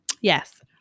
yes